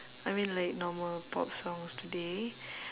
I mean like normal pop songs today